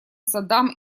садам